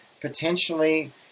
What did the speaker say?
potentially